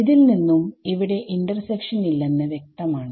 ഇതിൽ നിന്നും ഇവിടെ ഇന്റർസക്ഷൻ ഇല്ലെന്ന് വ്യക്തമാണ്